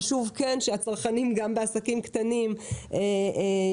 חשוב כן שהצרכנים גם בעסקים קטנים יקבלו